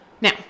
Now